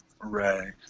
Right